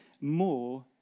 More